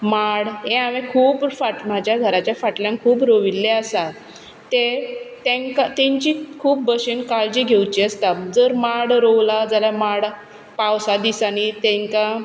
माड हे हांवें खूब म्हाज्या घराचे फाटल्यान खूब रोविल्ले आसा ते तेंची खूब भशेन काळजी घेवंची आसता जर माड रोवला जाल्यार माडाक पावसा दिसांनी तेंकां